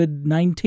COVID-19